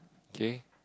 K